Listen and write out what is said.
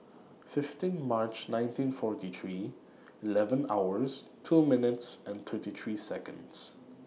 fifteen March nineteen forty three eleven hours two minutes and thirty three Seconds